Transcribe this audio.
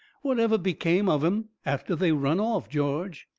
what ever become of em after they run off, george?